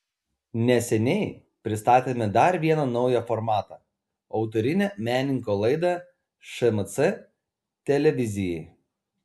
neseniai pristatėme dar vieną naują formatą autorinę menininko laidą šmc televizijai